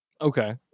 Okay